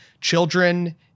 children